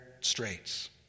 straits